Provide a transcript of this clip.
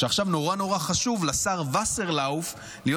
עכשיו נורא נורא חשוב לשר וסרלאוף להיות